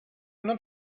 not